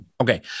Okay